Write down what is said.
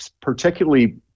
particularly